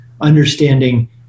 Understanding